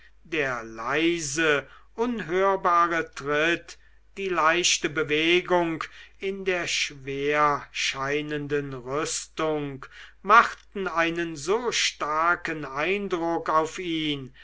der leise unhörbare tritt die leichte bewegung in der schwerscheinenden rüstung machten einen so starken eindruck auf ihn